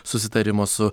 susitarimo su